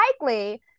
likely